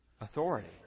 authority